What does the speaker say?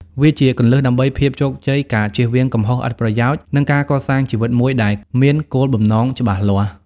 វាជាគន្លឹះដើម្បីភាពជោគជ័យ ការជៀសវាងកំហុសឥតប្រយោជន៍ និងការកសាងជីវិតមួយដែលមានគោលបំណងច្បាស់លាស់។